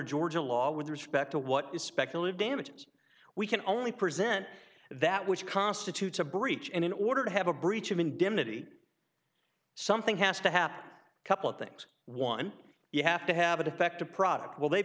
georgia law with respect to what is speculative damages we can only present that which constitutes a breach and in order to have a breach of indemnity something has to happen couple of things one you have to have a defective product well they've